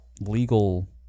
legal